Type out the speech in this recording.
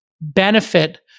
benefit